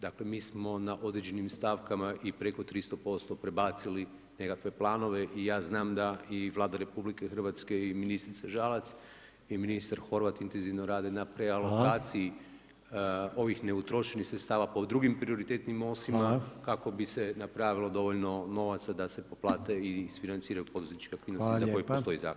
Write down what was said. Dakle, mi smo na određenim stavkama i preko 300% prebacili nekakve planove i ja znam da i Vlada RH i ministrica Žalac i ministar Horvat intenzivno rade na prealokaciji [[Upadica: Hvala.]] ovih neutrošenih sredstava pa u drugim prioritetnim osima [[Upadica: Hvala.]] kako bi se napravilo dovoljno novaca da se poplate i izfinanciraju poduzetničke [[Upadica: Hvala lijepa.]] aktivnosti za koje postoje zahtjevi.